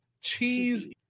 cheese